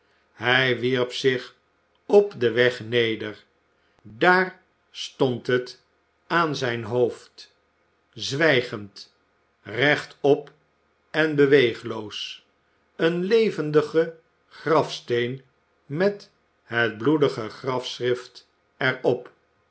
hij wierp zich op den weg neder daar stond het aan zijn hoofd zwijgend rechtop en beweegloos een levendige grafsteen met het bloedige grafschrift er